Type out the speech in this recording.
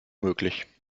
möglich